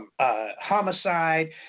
Homicide